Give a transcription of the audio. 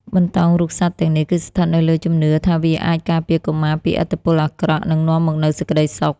បន្តោងរូបសត្វទាំងនេះ គឺស្ថិតនៅលើជំនឿថាវាអាចការពារកុមារពីឥទ្ធិពលអាក្រក់ និងនាំមកនូវសេចក្តីសុខ។